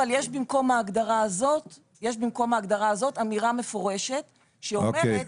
אבל יש במקום ההגדרה הזאת אמירה מפורשת שאומרת